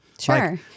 Sure